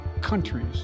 countries